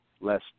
less